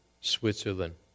Switzerland